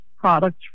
Products